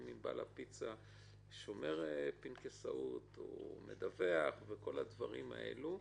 עם בעל הפיצה שומר פנקסנות או מדווח וכל הדברים האלה.